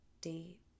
deep